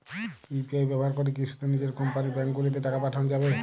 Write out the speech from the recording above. UPI ব্যবহার করে কি শুধু নিজের কোম্পানীর ব্যাংকগুলিতেই টাকা পাঠানো যাবে?